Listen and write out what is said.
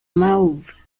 mauve